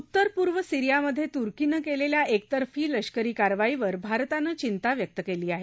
उत्तर पूर्व सिरीयामधे तुर्कीनं केलेल्या एकतर्फी लष्करी कारवाईवर भारतानं चिंता व्यक्त केली आहे